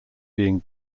being